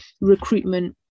recruitment